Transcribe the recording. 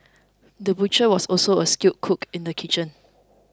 the butcher was also a skilled cook in the kitchen